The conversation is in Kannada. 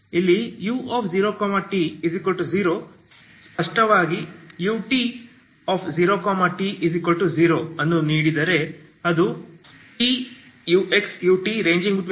ಇಲ್ಲಿ u0t0 ಸ್ಪಷ್ಟವಾಗಿ ut0t0 ಅನ್ನು ನೀಡಿದರೆ ಅದು Tuxut|00 ಮಾಡುತ್ತದೆ